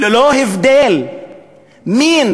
ללא הבדל מין,